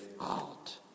out